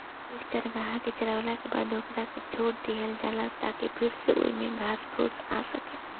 एके चारागाह के चारावला के बाद ओकरा के छोड़ दीहल जाला ताकि फिर से ओइमे घास फूस आ सको